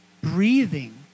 breathing